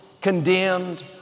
condemned